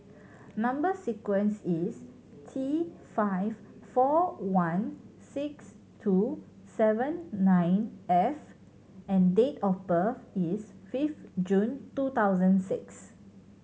number sequence is T five four one six two seven nine F and date of birth is fifth June two thousand six